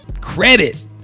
credit